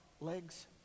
legs